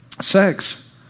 sex